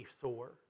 soar